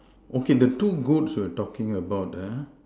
okay the two goats we were talking about ah